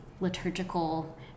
liturgical